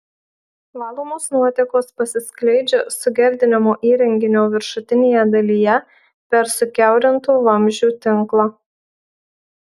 valomos nuotekos pasiskleidžia sugerdinimo įrenginio viršutinėje dalyje per sukiaurintų vamzdžių tinklą